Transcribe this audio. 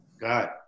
Got